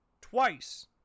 twice